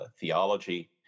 theology